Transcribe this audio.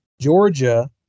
Georgia